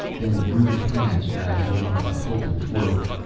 then rude hands grabbed him up and pulled him forward.